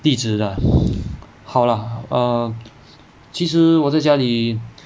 地址 lah 好 lah err 其实我在家里